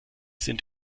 sind